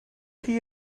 chi